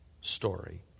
story